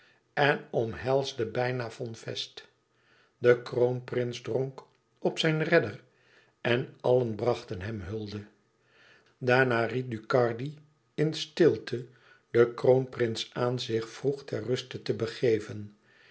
en omhelsde bijna von fest de kroonprins dronk op zijn redder en allen brachten hem hulde daarna ried ducardi in stilte den kroonprins aan zich vroeg ter ruste te begeven